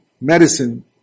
medicine